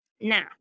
Now